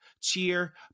Cheer